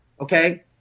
okay